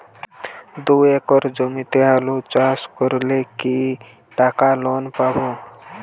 দুই একর জমিতে আলু চাষ করলে কি টাকা লোন পাবো?